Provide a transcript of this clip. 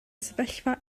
sefyllfa